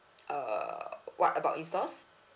uh what about in stores